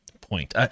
point